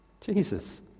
Jesus